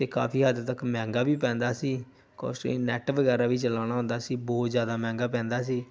ਇਹ ਕਾਫੀ ਹੱਦ ਤੱਕ ਮਹਿੰਗਾ ਵੀ ਪੈਂਦਾ ਸੀ ਕੋਸਟਲੀ ਨੈਟ ਵਗੈਰਾ ਵੀ ਚਲਾਉਣਾ ਹੁੰਦਾ ਸੀ ਬਹੁਤ ਜ਼ਿਆਦਾ ਮਹਿੰਗਾ ਪੈਂਦਾ ਸੀ